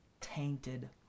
tainted